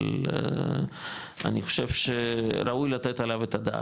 אבל אני חושב שראוי לתת עליו את הדעת,